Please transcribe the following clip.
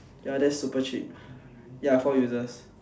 ya that's super cheap ya four users